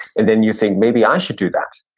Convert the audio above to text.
and then you think, maybe i should do that.